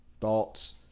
Thoughts